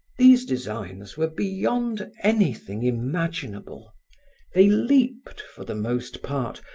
these designs were beyond anything imaginable they leaped, for the most part,